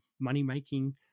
money-making